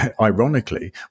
ironically